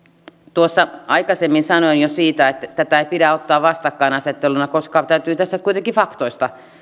tuossa aikaisemmin sanoin jo siitä että tätä ei pidä ottaa vastakkainasetteluna koska täytyy tässä nyt kuitenkin faktoista